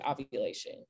ovulation